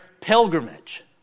pilgrimage